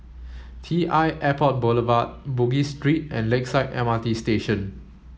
T I Airport Boulevard Bugis Street and Lakeside M R T Station